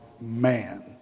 man